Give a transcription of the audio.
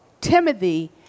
Timothy